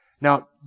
Now